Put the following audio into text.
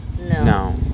No